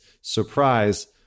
surprise